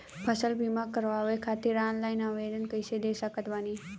फसल बीमा करवाए खातिर ऑनलाइन आवेदन कइसे दे सकत बानी?